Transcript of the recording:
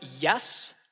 yes